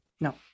No